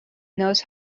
knows